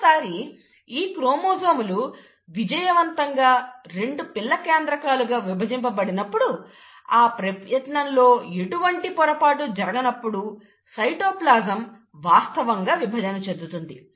ఒకసారి ఈ క్రోమోజోములు విజయవంతంగా రెండు పిల్ల కేంద్రకాలు గా విభజించబడినప్పుడు ఆ ప్రయత్నంలో ఎటువంటి పొరపాటు జరగనప్పుడు సైటోప్లాజం వాస్తవంగా విభజన చెందుతుంది